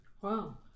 Wow